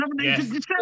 yes